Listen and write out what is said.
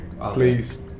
please